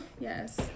Yes